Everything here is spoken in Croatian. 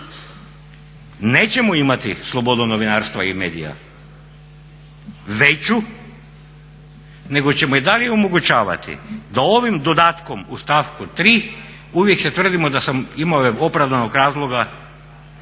nećemo imati slobodu novinarstva i medija veću nego ćemo i dalje omogućavati da ovim dodatkom u stavku 3. uvijek se tvrdimo da sam imao opravdanog razloga